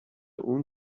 اون